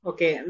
Okay